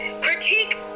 critique